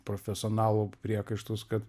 profesionalų priekaištus kad